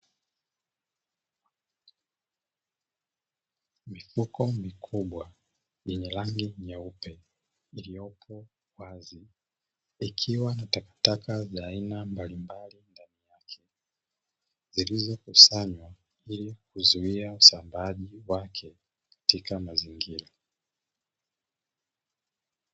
Mifuko mikubwa yenye rangi nyeupe iliyopo wazi ikiwa na takataka za aina mbalimbali, ndani yake zilizokusanywa ilikuzuia usambaaji wake katika mazingira.